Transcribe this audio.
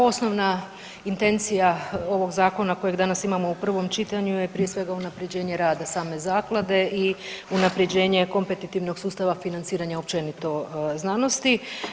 Osnovna intencija ovog zakona kojeg danas imamo u prvom čitanju je prije svega unaprjeđenje rada same zaklade i unaprjeđenje kompetetivnog sustava financiranja općenito znanosti.